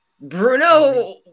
Bruno